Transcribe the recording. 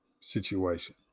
situation